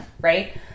right